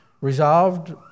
resolved